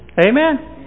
Amen